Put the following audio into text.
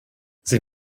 sie